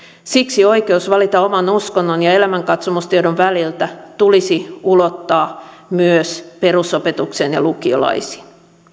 siksi oikeus valita oman uskonnon ja elämänkatsomustiedon väliltä tulisi ulottaa myös perusopetukseen ja lukiolaisiin